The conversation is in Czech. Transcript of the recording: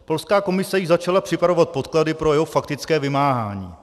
Polská komise již začala připravovat podklady pro jeho faktické vymáhání.